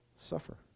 suffer